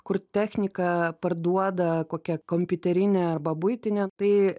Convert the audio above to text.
kur techniką parduoda kokia kompiuterinė arba buitinė tai